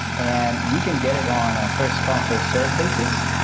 and you can get it on a first come first serve basis,